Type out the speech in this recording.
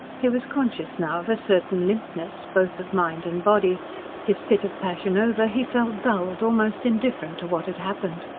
he was conscious now of a certain limpness, both of mind and body his fit of passion over, he felt dulled, almost indifferent to what had happened.